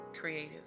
creative